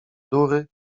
durry